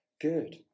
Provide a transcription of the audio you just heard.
good